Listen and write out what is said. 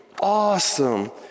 awesome